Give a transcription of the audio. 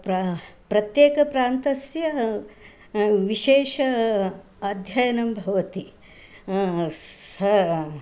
प्रा प्रत्येकप्रान्तस्य विशेष अध्ययनं भवति स